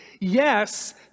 yes